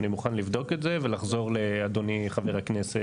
אני מוכן לבדוק את זה ולחזור לאדוני חבר הכנסת.